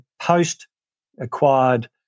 post-acquired